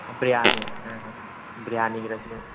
ꯕꯤꯔꯌꯥꯅꯤ ꯑꯥ ꯕꯤꯔꯌꯥꯅꯤ ꯒ꯭ꯔꯁꯦ